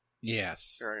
Yes